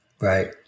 Right